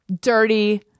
dirty